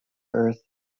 earth